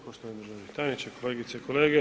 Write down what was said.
Poštovani državni tajniče, kolegice i kolege.